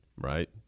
right